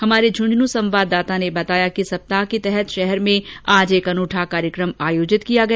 हमारे झूंझनू संवाददाता ने बताया कि सप्ताह के तहत शहर में आज एक अनूठा कार्यक्रम आयोजित किया गया